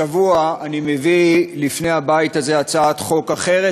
השבוע אני מביא לפני הבית הזה הצעת חוק אחרת,